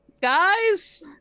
Guys